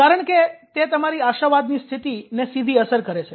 કારણ કે તે તમારી આશાવાદની સ્થિતિ ને સીધી અસર કરે છે